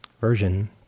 version